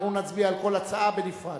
אנחנו נצביע על כל הצעה בנפרד.